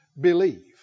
believe